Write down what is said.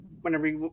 Whenever